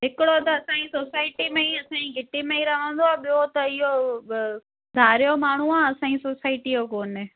हिकिड़ो त असांजी सोसायटी में ई असांजी घिटी में ई रहंदो आहे ॿियो त इहो धारियो माण्हू आहे असांजी सोसायटी जो कोन्हे